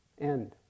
end